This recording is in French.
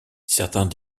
certains